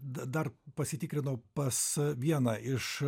dar pasitikrinau pas vieną iš